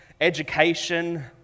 education